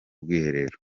bwiherero